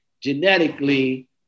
genetically